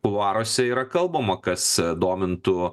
kuluaruose yra kalbama kas domintų